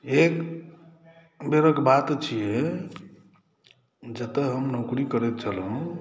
एकबेरक बात छिए जतऽ हम नौकरी करैत छलहुँ